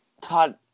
Todd